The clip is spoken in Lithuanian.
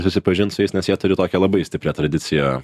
susipažint su jais nes jie turi tokią labai stiprią tradiciją